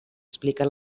expliquen